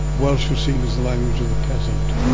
welsh was seen as the language of the peasant,